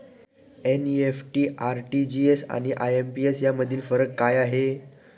NEFT, RTGS आणि IMPS यामधील फरक काय आहे?